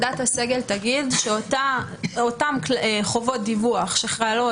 עמדת הסגל תגיב שאותן חובות דיווח שחלות